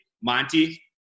Monty